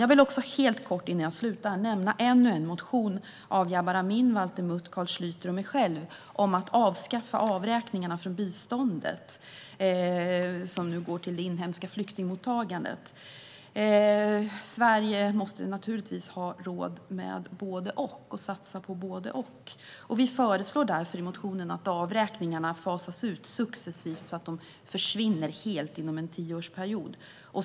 Jag vill också helt kort nämna ännu en motion av Jabar Amin, Valter Mutt, Carl Schlyter och mig själv om att avskaffa avräkningarna från biståndet som nu går till det inhemska flyktingmottagandet. Sverige måste naturligtvis ha råd att satsa på både och. Vi föreslår därför i motionen att avräkningarna fasas ut successivt så att de försvinner helt inom en tioårsperiod.